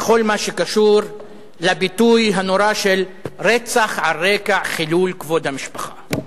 בכל מה שקשור לביטוי הנורא "רצח על רקע חילול כבוד המשפחה".